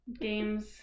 games